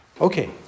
Okay